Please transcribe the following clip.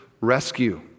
rescue